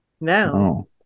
No